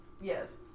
Yes